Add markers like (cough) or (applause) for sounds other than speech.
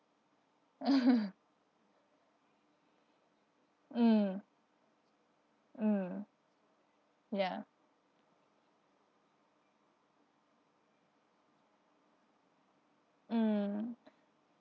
(laughs) mm mm ya mm